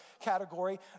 category